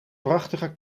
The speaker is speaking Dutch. prachtige